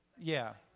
yeah,